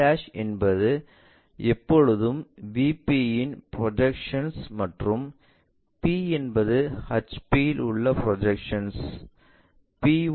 p என்பது எப்போதும் VP இன் ப்ரொஜெக்ஷன்ஸ் மற்றும் p என்பது HP இல் உள்ள ப்ரொஜெக்ஷன்ஸ்